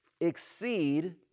exceed